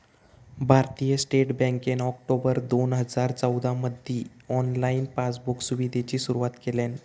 भारतीय स्टेट बँकेन ऑक्टोबर दोन हजार चौदामधी ऑनलाईन पासबुक सुविधेची सुरुवात केल्यान